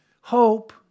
hope